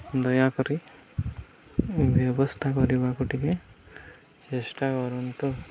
ଦୟାକରି ବ୍ୟବସ୍ଥା କରିବାକୁ ଟିକିଏ ଚେଷ୍ଟା କରନ୍ତୁ